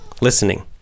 listening